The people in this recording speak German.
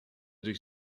durch